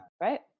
Right